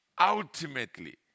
ultimately